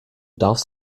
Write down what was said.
darfst